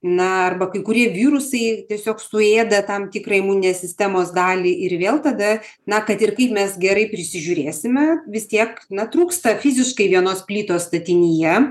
na arba kai kurie virusai tiesiog suėda tam tikrą imuninės sistemos dalį ir vėl tada na kad ir kaip mes gerai prisižiūrėsime vis tiek na trūksta fiziškai vienos plytos statinyje